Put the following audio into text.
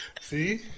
See